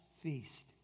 feast